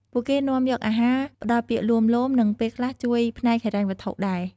ពួកគេនាំយកអាហារ ផ្តល់ពាក្យលួងលោម និងពេលខ្លះជួយផ្នែកហិរញ្ញវត្ថុដែរ។